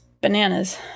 bananas